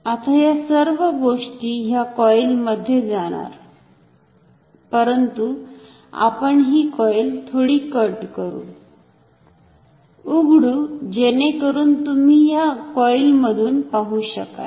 आता ह्या सर्व गोष्टी ह्या कॉईल मध्ये जाणार परंतु आपण ही कॉईल थोडी कट करू उघडू जेणेकरुन तुम्ही ह्या कॉईल मधुन पाहु शकाल